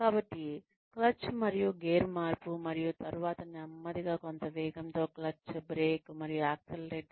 కాబట్టి క్లచ్ మరియు గేర్ మార్పు మరియు తరువాత నెమ్మదిగా కొంత వేగంతో క్లచ్ బ్రేక్ మరియు యాక్సిలరేటర్